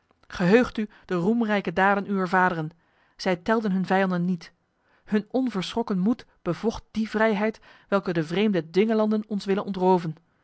geheugt u de roemrijke daden uwer vaderen zij telden hun vijanden niet hun onverschrokken moed bevocht die vrijheid welke de vreemde dwingelanden ons willen ontroven